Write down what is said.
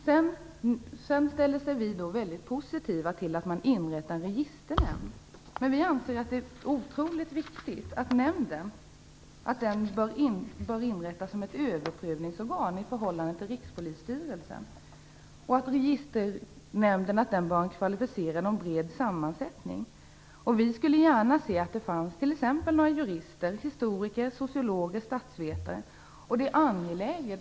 Vi i Vänsterpartiet ställer oss väldigt positiva till att man inrättar en registernämnd. Vi anser att det är otroligt viktigt att nämnden inrättas som ett överprövningsorgan i förhållande till Rikspolisstyrelsen. Registernämnden bör ha en kvalificerad och bred sammansättning. Vi skulle gärna se att det t.ex. fanns några jurister, historiker, sociologer och statsvetare i nämnden.